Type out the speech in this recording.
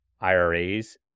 IRAs